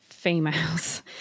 females